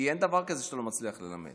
כי אין דבר כזה שאתה לא מצליח ללמד.